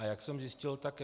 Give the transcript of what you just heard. A jak jsem zjistil, tak